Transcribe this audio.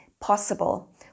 possible